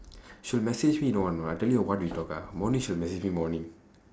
she would message me you know on what I tell you what we talk ah morning she will message me morning